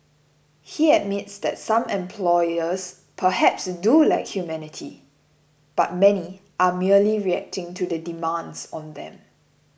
he admits that some employers perhaps do lack humanity but many are merely reacting to the demands on them